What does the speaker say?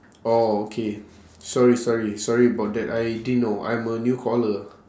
oh okay sorry sorry sorry about that I didn't know I'm a new caller